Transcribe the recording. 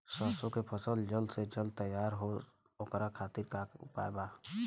सरसो के फसल जल्द से जल्द तैयार हो ओकरे खातीर का उपाय बा?